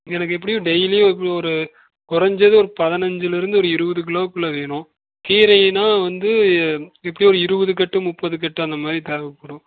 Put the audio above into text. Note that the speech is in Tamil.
எனக்கு எப்படியும் டெய்லி எப்படியும் ஒரு குறைஞ்சது ஒரு பதினைஞ்சிலேருந்து ஒரு இருபது கிலோ குள்ளே வேணும் கீரையினால் வந்து எப்படியும் ஒரு இருபது கட்டு முப்பது கட்டு அந்தமாதிரி தேவைப்படும்